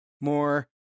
more